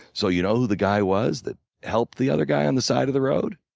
so you know who the guy was that helped the other guy on the side of the road?